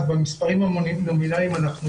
במספרים הנומינליים אנחנו עולים,